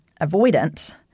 avoidant